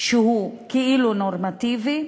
שהוא כאילו נורמטיבי.